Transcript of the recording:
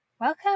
welcome